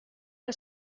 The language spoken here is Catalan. que